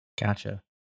Gotcha